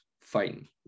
fighting